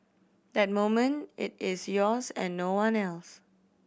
that moment it is yours and no one else